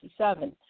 1967